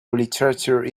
literature